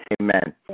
Amen